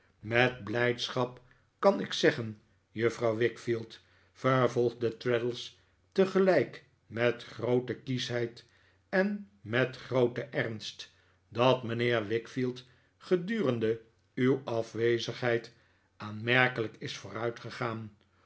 met blijdschap kan ik zeggen juffrouw wickfield vervolgde traddles tegelijk met groote kieschheid en met grooten ernst dat mijnheer wickfield gedurende uw afwezigheid aanmerkelijk is vooruitgegaan